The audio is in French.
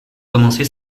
commencé